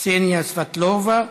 קסניה סבטלובה,